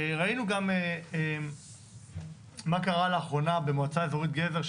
ראינו גם מה קרה לאחרונה במועצה אזורית גזר,